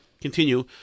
Continue